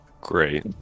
Great